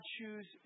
choose